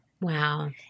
Wow